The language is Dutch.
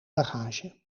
bagage